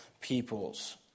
peoples